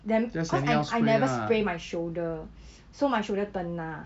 then because I I never spray my shoulder so my shoulder kena